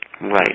Right